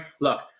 look